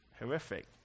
Horrific